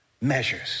measures